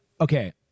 okay